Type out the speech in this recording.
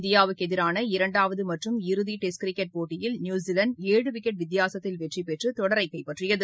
இந்தியாவுக்கு எதிரான இரண்டாவது மற்றும் இறுதி டெஸ்ட் கிரிக்கெட் போட்டியில் நியூசிலாந்து ஏழு விக்கெட் வித்தியாசத்தில் வெற்றி பெற்று தொடரை கைப்பற்றியது